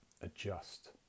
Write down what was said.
adjust